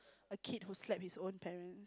a kid who slap his own parent